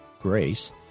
grace